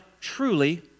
truly